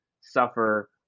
suffer